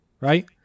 right